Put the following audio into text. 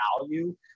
value